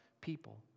people